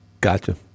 Gotcha